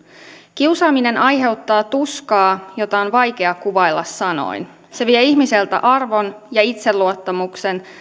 kiusaaminen aiheuttaa tuskaa jota on vaikea kuvailla sanoin se vie ihmiseltä arvon ja itseluottamuksen